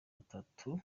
atatu